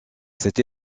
cet